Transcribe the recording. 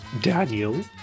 Daniel